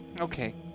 Okay